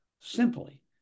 simply